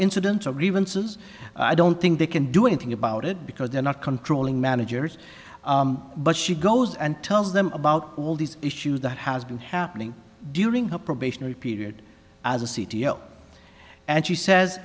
incident or even says i don't think they can do anything about it because they're not controlling managers but she goes and tells them about all these issues that has been happening during her probationary period as a c t o and she says